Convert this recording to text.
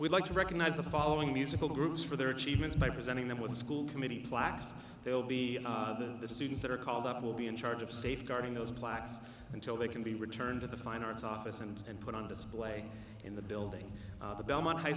we'd like to recognize the following musical groups for their achievements by presenting them with school committee plaques they'll be the students that are called up will be in charge of safeguarding those blacks until they can be returned to the fine arts office and put on display in the building at the belmont high